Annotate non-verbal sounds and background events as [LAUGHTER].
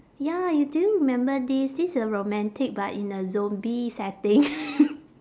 ya you do you remember this this a romantic but in a zombie setting [LAUGHS]